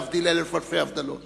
להבדיל אלף אלפי הבדלות,